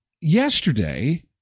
Yesterday